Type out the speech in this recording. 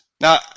now